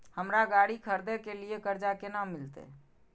हमरा गाड़ी खरदे के लिए कर्जा केना मिलते?